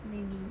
maybe